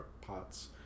pots